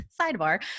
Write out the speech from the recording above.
sidebar